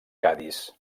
cadis